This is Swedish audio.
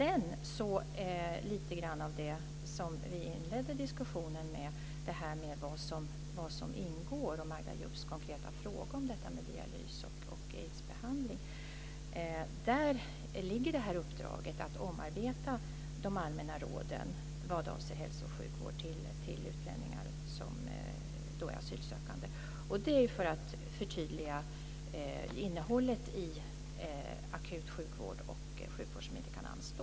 Vi inledde diskussionen med att tala om vad som ingår. Det gällde Magda Ayoubs konkreta fråga om detta med dialys och aidsbehandling. Där ligger det här uppdraget att omarbeta de allmänna råden vad avser hälso och sjukvård till utlänningar som är asylsökande. Det är för att förtydliga innehållet i akutsjukvård och sjukvård som inte kan anstå.